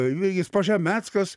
jurgis požemeckas